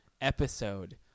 episode